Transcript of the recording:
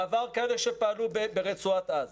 בעבר כאלה שפעלו ברצועת עזה,